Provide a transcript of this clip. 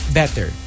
better